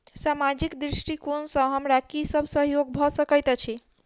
सामाजिक दृष्टिकोण सँ हमरा की सब सहयोग भऽ सकैत अछि?